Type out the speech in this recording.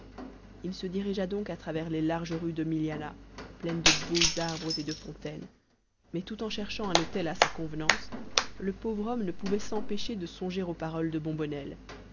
il se dirigea donc à travers les larges rues de milianah pleines de beaux arbres et de fontaines mais tout en cherchant un hôtel à sa convenance le pauvre homme ne pouvait s'empêcher de songer aux paroles de bombonnel